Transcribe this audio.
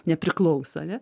nepriklauso ane